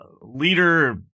leader